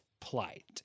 plight